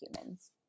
humans